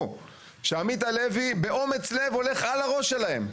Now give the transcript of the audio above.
שעמית הלוי באומץ לב הולך על הראש שלהם,